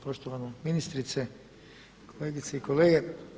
Poštovana ministrice, kolegice i kolege.